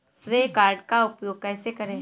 श्रेय कार्ड का उपयोग कैसे करें?